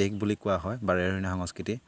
দেশ বুলি কোৱা হয় বাৰে সংস্কৃতি